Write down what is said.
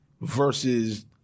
versus